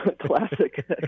classic